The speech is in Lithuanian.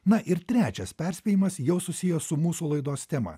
na ir trečias perspėjimas jau susijęs su mūsų laidos tema